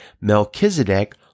Melchizedek